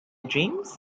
dreams